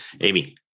Amy